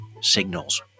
signals